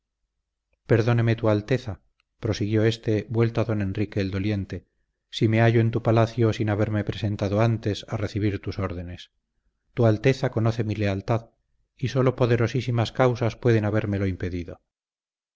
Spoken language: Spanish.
perdóneme tu alteza prosiguió éste vuelto a don enrique el doliente si me hallo en tu palacio sin haberme presentado antes a recibir tus órdenes tu alteza conoce mi lealtad y sólo poderosísimas causas pueden habérmelo impedido